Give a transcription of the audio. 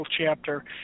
chapter